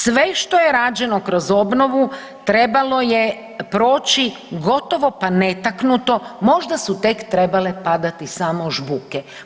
Sve što je rađeno kroz obnovu, trebalo je proći gotovo pa netaknuto, pa možda su tek trebale padati samo žbuke.